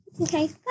Okay